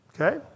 Okay